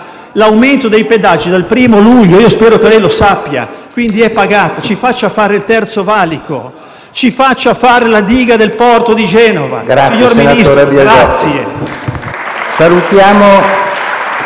l'aumento dei pedaggi dal 1° luglio - io spero che lei lo sappia - quindi è pagata. Ci faccia fare il Terzo valico, ci faccia fare la diga del porto di Genova, signor Ministro. *(Applausi